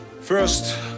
First